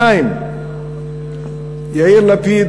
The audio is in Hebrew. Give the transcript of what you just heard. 2. יאיר לפיד,